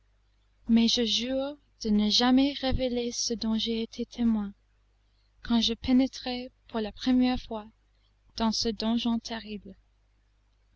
mais je jure de ne jamais révéler ce dont j'ai été témoin quand je pénétrai pour la première fois dans ce donjon terrible